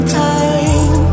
time